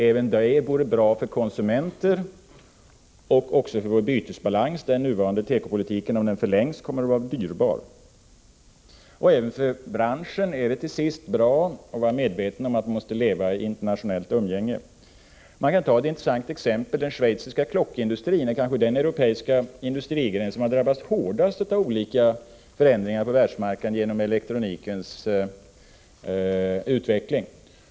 Även det vore bra för konsumenterna och också för vår bytesbalans. Den nuvarande tekopolitiken kommer, om den förlängs, att vara dyrbar. Även för branschen är det till sist bra att vara medveten om att man måste leva i internationellt umgänge. Ett intressant exempel är den schweiziska klockindustrin. Det är kanske den europeiska industrigren som har drabbats hårdast av olika förändringar på världsmarknaden genom lågprisimport och elektronikens utveckling.